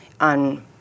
on